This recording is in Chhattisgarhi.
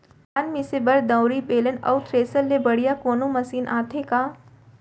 धान मिसे बर दंवरि, बेलन अऊ थ्रेसर ले बढ़िया कोनो मशीन आथे का?